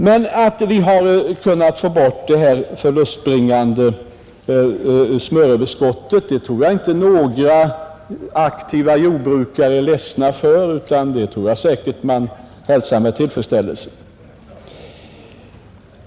Men att vi har kunnat få bort det här förlustbringande smöröverskottet tror jag inte några aktiva jordbrukare är ledsna för, utan det hälsar man säkert med tillfredsställelse.